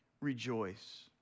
Rejoice